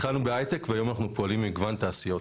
התחלנו בהייטק והיום אנחנו פועלים במגוון תעשיות.